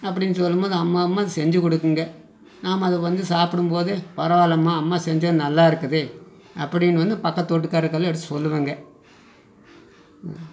அப்படின்னு சொல்லும் போது அம்மாவும் செஞ்சுக் கொடுக்குங்க நாம் அதை வந்து சாப்பிடும் போது பரவாயில்லைம்மா அம்மா செஞ்சால் நல்லா இருக்குது அப்படின்னு வந்து பக்கத்து வீட்டுக்காரருக்கெல்லாம் எடுத்து சொல்வேங்க